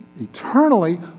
eternally